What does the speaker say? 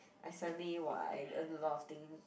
I suddenly !wah! I earn a lot of thing